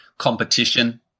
competition